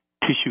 tissue